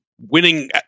winning